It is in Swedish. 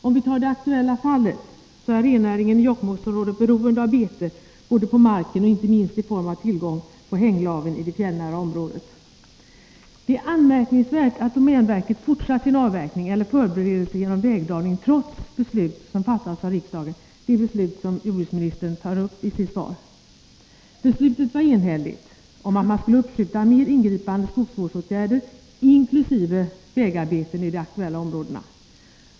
Om vi tar det aktuella fallet så är rennäringen i Jokkmokksområdet beroende av bete både på marken och inte minst i form av tillgång till hänglaven i det fjällnära området. Det är anmärkningsvärt att domänverket fortsatt sin avverkning eller förberedelse genom vägdragning trots beslut som fattats av riksdagen, det beslut som jordbruksministern tar uppi sitt svar. Beslutet var enhälligt om att man skulle uppskjuta mer ingripande skogsvårdsåtgärder — inkl. vägarbeten —- i de aktuella områdena.